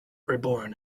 reborn